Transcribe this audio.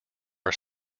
are